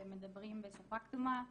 אתם מדברים בשפה כתומה,